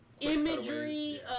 imagery